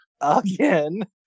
again